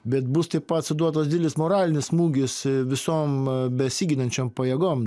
bet bus taip pat suduotas didelis moralinis smūgis visom besiginančiom pajėgom